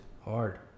hard